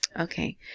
okay